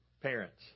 Parents